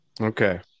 Okay